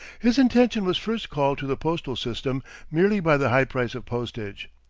his attention was first called to the postal system merely by the high price of postage.